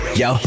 yo